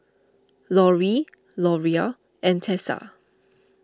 Loree Loria and Tessa